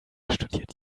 studiert